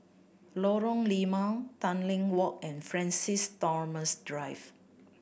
Lorong Limau Tanglin Walk and Francis Thomas Drive